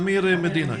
אמיר מדינה.